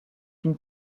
une